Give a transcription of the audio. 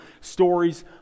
stories